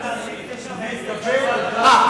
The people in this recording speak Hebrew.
הצבעת על סעיפים 9 ו-10.